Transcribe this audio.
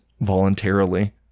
voluntarily